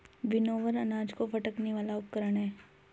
winnower अनाज को फटकने वाला उपकरण है